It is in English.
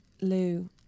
Lou